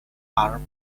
are